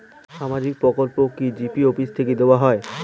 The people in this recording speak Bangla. সামাজিক প্রকল্প কি জি.পি অফিস থেকে দেওয়া হয়?